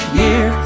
year